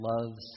loves